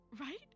Right